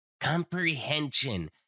Comprehension